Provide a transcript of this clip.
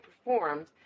performed